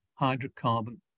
hydrocarbon